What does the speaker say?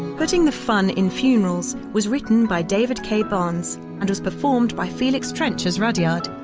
putting the funn in funerals was written by david k. barnes and performed by felix trench as rudyard,